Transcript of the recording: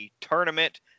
tournament